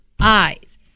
eyes